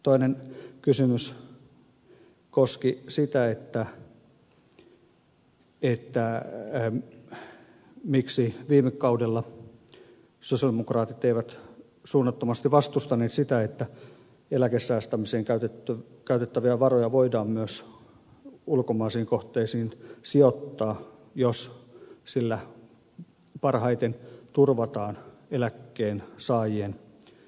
toinen kysymys koski sitä miksi viime kaudella sosialidemokraatit eivät suunnattomasti vastustaneet sitä että eläkesäästämiseen käytettäviä varoja voidaan myös ulkomaisiin kohteisiin sijoittaa jos sillä parhaiten turvataan eläkkeensaajien toimeentulo tulevaisuudessa